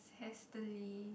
hastily